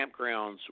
campgrounds